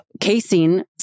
casein